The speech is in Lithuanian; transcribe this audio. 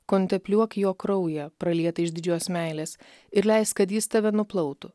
kontempliuok jo kraują pralietą išdidžios meilės ir leisk kad jis tave nuplautų